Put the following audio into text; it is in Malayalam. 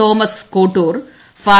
തോമസ് കോട്ടൂർ ഫാ